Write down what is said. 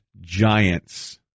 giants